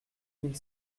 mille